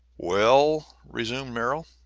well, resumed merrill,